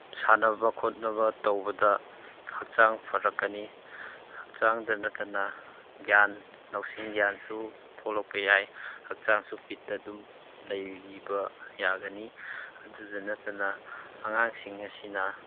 ꯁꯥꯟꯅꯕ ꯈꯣꯠꯅꯕ ꯇꯧꯕꯗ ꯍꯛꯆꯥꯡ ꯐꯔꯛꯀꯅꯤ ꯍꯛꯆꯥꯡꯗ ꯅꯠꯇꯅ ꯒ꯭ꯌꯥꯟ ꯂꯧꯁꯤꯡ ꯒ꯭ꯌꯥꯟꯁꯨ ꯊꯣꯂꯛꯄ ꯌꯥꯏ ꯍꯛꯆꯥꯡꯁꯨ ꯐꯤꯠꯇ ꯑꯗꯨꯝ ꯂꯩꯕ ꯌꯥꯒꯅꯤ ꯑꯗꯨꯗ ꯅꯠꯇꯅ ꯑꯉꯥꯡꯁꯤꯡ ꯑꯁꯤꯅ